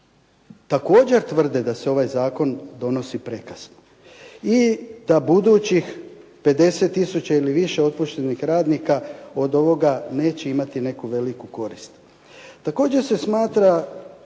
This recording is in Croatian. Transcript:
također tvrde da se ovaj zakon donosi prekasno i da budućih 50 tisuća ili više otpuštenih radnika od ovoga neće imati neku veliku korist.